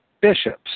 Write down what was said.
bishops